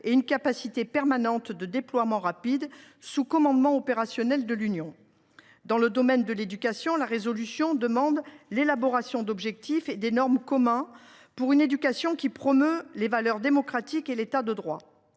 et une capacité permanente de déploiement rapide, sous commandement opérationnel de l’Union. Dans le domaine de l’éducation, la résolution prévoit : l’élaboration de normes et d’objectifs communs pour une éducation qui promeut les valeurs démocratiques et l’État de droit